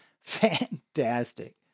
fantastic